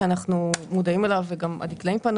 שאנחנו מודעים אליו וגם הדקלאים פנו